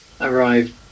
Arrived